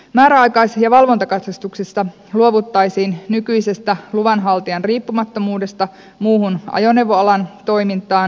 määräaikais ja valvontakatsastuksissa luovuttaisiin nykyisestä luvanhaltijan riippumattomuudesta muuhun ajoneuvoalan toimintaan